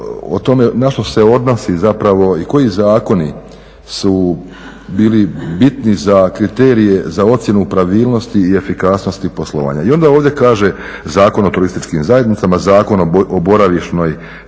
na što se odnosi i koji zakoni su bili bitni za kriterije, za ocjenu pravilnosti i efikasnosti poslovanja. I onda ovdje kaže Zakon o turističkim zajednicama, Zakon o boravišnoj